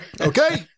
okay